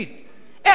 כמה זמן יש לי עוד?